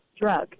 drug